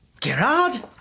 Gerard